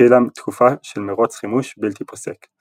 התחילה תקופה של מרוץ חימוש בלתי פוסק.